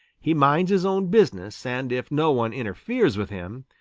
he minds his own business, and if no one interferes with him,